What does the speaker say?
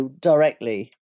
directly